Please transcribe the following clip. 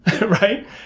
Right